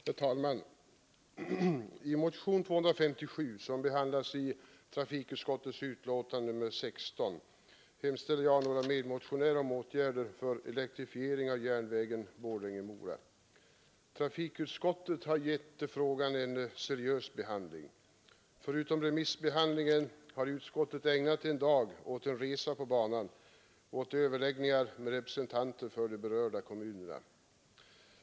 järnvägen Borlänge— Herr talman! I motion nr 257, som behandlas i trafikutskottets Mora betänkande nr 16, hemställer jag och några medmotionärer om åtgärder för elektrifiering av järnvägen Borlänge—-Mora Trafikutskottet har givit frågan en seriös behandling. Förutom remissbehandlingen har utskottet ägnat en dag åt en resa på banan och åt överläggningar med representanter för de berörda kommunerna.